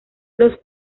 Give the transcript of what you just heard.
los